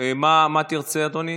מה תרצה, אדוני?